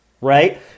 Right